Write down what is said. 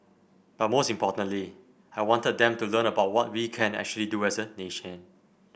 but most importantly I wanted them to learn about what we can actually do as a nation